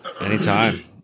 anytime